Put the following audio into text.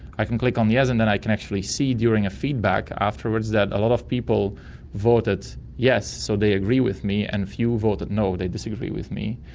i can click on yes and then i can actually see during a feedback afterwards that a lot of people voted yes, so they agree with me, and a few voted no, they disagree with me.